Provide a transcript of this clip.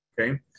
okay